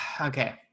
Okay